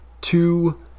two